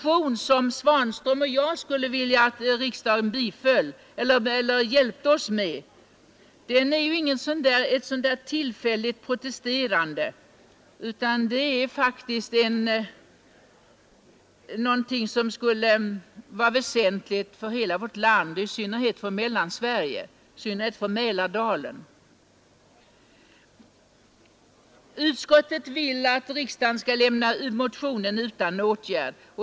Men det herr Svanström och jag skulle vilja ha riksdagens hjälp med är inget tillfälligt protesterande, utan det är en aktion som skulle vara väsentlig för hela vårt land, i synnerhet för Mälardalen och Mellansverige. Utskottet vill att riksdagen skall lämna motionen utan åtgärd.